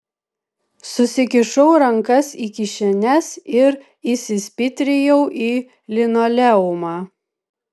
susikišau rankas į kišenes ir įsispitrijau į linoleumą